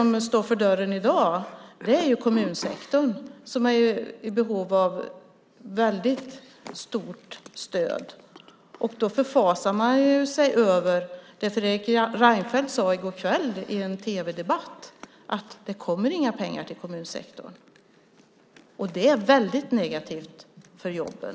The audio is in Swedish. Vad som i dag står för dörren är kommunsektorn som är i behov av ett väldigt stort stöd. Då förfasar man sig över det Fredrik Reinfeldt sade i går kväll i en tv-debatt: att det inte kommer några pengar till kommunsektorn. Det är väldigt negativt för jobben.